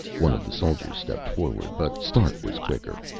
one of the soldiers stepped forward, but stark was quicker.